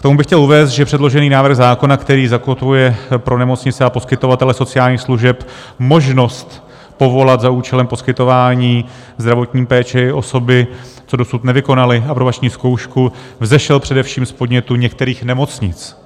K tomu bych chtěl uvést, že předložený návrh zákona, který zakotvuje pro nemocnice a poskytovatele sociálních služeb možnost povolat za účelem poskytování zdravotní péče i osoby, co dosud nevykonaly aprobační zkoušku, vzešel především z podnětu některých nemocnic.